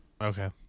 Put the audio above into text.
Okay